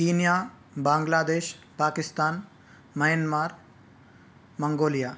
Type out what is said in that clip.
Kenya Bangladesh Pakistan Myanmar Mongolia